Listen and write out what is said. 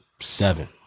seven